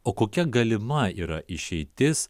o kokia galima yra išeitis